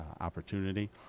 opportunity